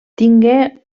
tingué